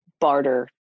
barter